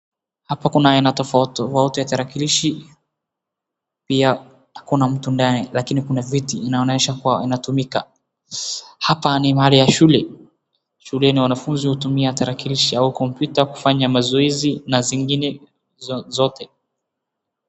Hapa kuna aina tofauti tofauti za tarakilishi, pia hakuna mtu ndani lakini kuna viti. Inaonyesha kuwa inatumika. Hapa ni mahali ya shule, shuleni wanafunzi hutumia tarakilishi au computer kufanya mazoezi na zingine zozote.